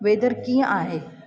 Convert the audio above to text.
weather कींअं आहे